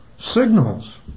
signals